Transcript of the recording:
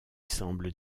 semblent